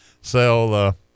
sell